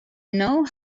know